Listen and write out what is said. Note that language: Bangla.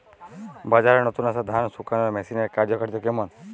বাজারে নতুন আসা ধান শুকনোর মেশিনের কার্যকারিতা কেমন?